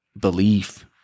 belief